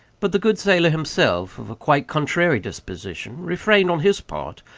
but the good sailor, himself of a quite contrary disposition, refrained, on his part,